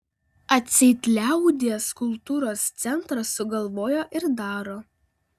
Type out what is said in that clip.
atseit liaudies kultūros centras sugalvojo ir daro